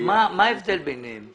מה ההבדל ביניהם?